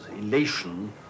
elation